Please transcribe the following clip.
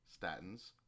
statins